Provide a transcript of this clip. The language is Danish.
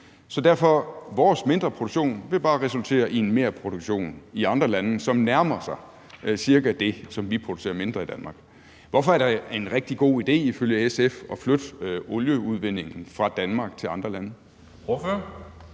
olie, så vores lavere produktion vil derfor bare resultere i en merproduktion i andre lande, som nærmer sig cirka det, som vi producerer mindre i Danmark. Hvorfor er det ifølge SF en rigtig god idé at flytte olieudvindingen fra Danmark til andre lande?